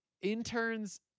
interns